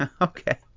okay